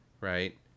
right